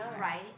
Right